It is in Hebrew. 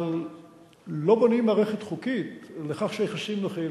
אבל לא בונים מערכת חוקית לכך שהיחסים יהיו נוחים.